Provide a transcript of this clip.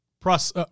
plus